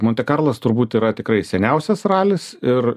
monte karlas turbūt yra tikrai seniausias ralis ir